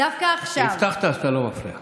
הבטחת שאתה לא מפריע.